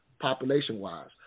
population-wise